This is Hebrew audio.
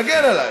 תגן עליי.